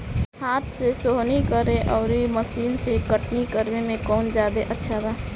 हाथ से सोहनी करे आउर मशीन से कटनी करे मे कौन जादे अच्छा बा?